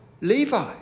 Levi